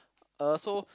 uh so